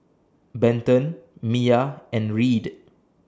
Benton Miya and Reed